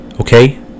okay